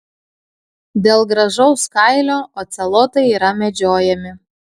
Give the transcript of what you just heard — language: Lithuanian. dėl gražaus kailio ocelotai yra medžiojami